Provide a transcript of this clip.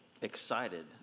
excited